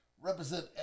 represent